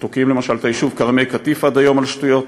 שתוקעים למשל את היישוב קרני-קטיף עד היום על שטויות,